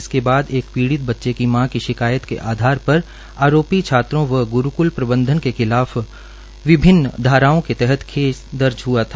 इसके बाद एक पीडि़त बच्चे की मां की शिकायत के आधार पर आरोपी छात्रों व ग्रूकृल प्रबंधन के खिलाफ विभिन्न धाराओं के तहत केस दर्ज हआ था